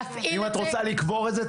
להתאים את זה --- אם את רוצה לקבור את זה,